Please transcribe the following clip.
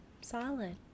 Solid